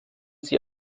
sie